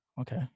okay